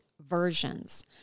versions